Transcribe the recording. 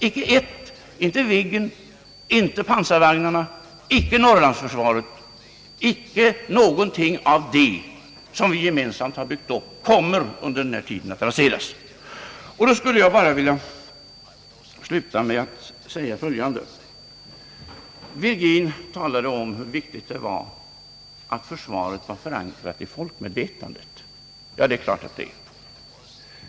Inget av det som vi gemensamt har byggt upp — inte Viggen, inte pansarvagnarna, inte Norrlandsförsvaret — kommer under denma tid att raseras. Jag skulle vilja sluta med att säga följande. Herr Virgin talade om hur viktigt det var att försvaret var förankrat i folkmedvetandet. Ja, det är det självfallet.